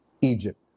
Egypt